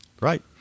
Right